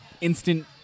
instant